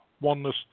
oneness